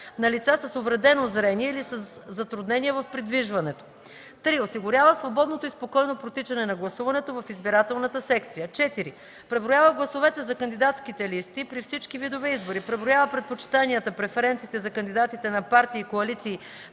на лица с увредено зрение или със затруднения в придвижването; 3. осигурява свободното и спокойно протичане на гласуването в избирателната секция; 4. преброява гласовете за кандидатските листи при всички видове избори; преброява предпочитанията (преференциите) за кандидатите на партии и коалиции